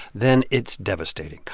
then it's devastating.